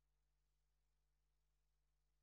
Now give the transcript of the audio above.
על זה מחיר, האוכלוסייה